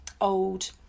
old